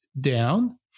down